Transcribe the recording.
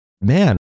Man